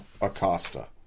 Acosta